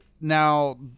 Now